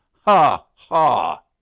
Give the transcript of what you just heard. ha! ha!